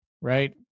Right